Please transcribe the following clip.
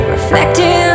Reflecting